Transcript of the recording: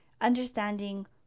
Understanding